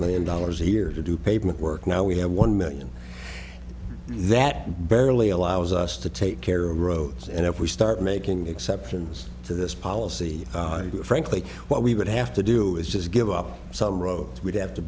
million dollars a year to do pavement work now we have one million that barely allows us to take care of roads and if we start making exceptions to this policy frankly what we would have to do is just give up some roads we'd have to